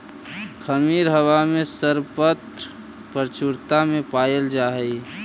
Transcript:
खमीर हवा में सर्वत्र प्रचुरता में पायल जा हई